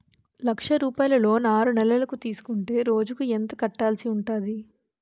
లక్ష రూపాయలు లోన్ ఆరునెలల కు తీసుకుంటే రోజుకి ఎంత కట్టాల్సి ఉంటాది?